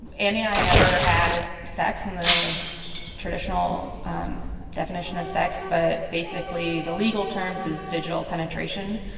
and andy and i never had sex in the traditional um definition of sex. but basically, the legal terms is digital penetration.